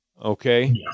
Okay